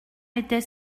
était